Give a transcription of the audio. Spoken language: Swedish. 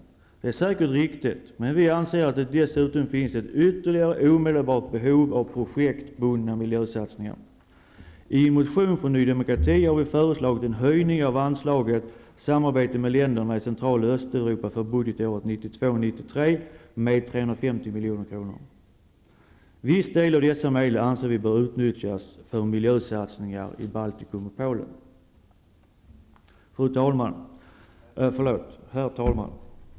Detta är säkert riktigt, men vi anser att det dessutom finns ett ytterligare omedelbart behov av projektbundna miljösatsningar. I en motion från Ny Demokrati har vi föreslagit en höjning av anslaget Samarbete med länderna i Central och milj.kr. Viss del av dessa medel anser vi bör utnyttjas för miljösatsningar i Baltikum och Herr talman!